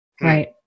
Right